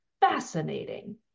fascinating